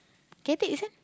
cabbage eh